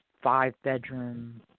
five-bedroom